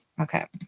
Okay